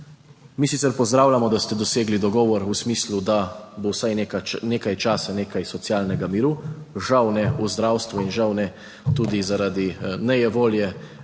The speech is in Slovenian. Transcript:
Mi sicer pozdravljamo, da ste dosegli dogovor v smislu, da bo vsaj nekaj časa nekaj socialnega miru, žal ne v zdravstvu in žal ne tudi, zaradi nejevolje